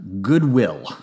Goodwill